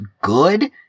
good